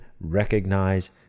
recognize